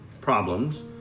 problems